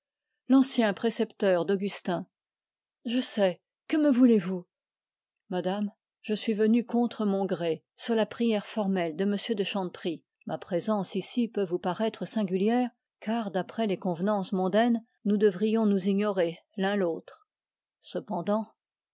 l'ancien précepteur d'augustin je sais que me voulez-vous madame je suis venu contre mon gré sur la prière formelle de m de chanteprie ma présence ici peut vous paraître singulière car d'après les convenances mondaines nous devrions nous ignorer l'un l'autre cependant